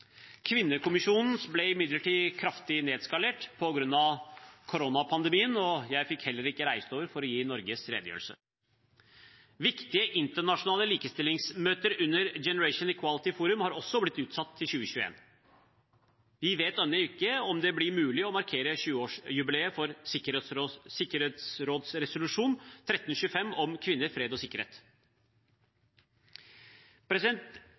ble imidlertid kraftig nedskalert på grunn av koronapandemien, og jeg fikk heller ikke reist over for å gi Norges redegjørelse. Viktige internasjonale likestillingsmøter under Generation Equality Forum har også blitt utsatt til 2021. Vi vet ennå ikke om det blir mulig å markere 20-årsjubileet for sikkerhetsrådsresolusjon 1325 om kvinner, fred og sikkerhet.